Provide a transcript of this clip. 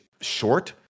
short